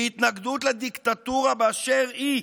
להתנגדות לדיקטטורה באשר היא,